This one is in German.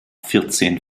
vierzehn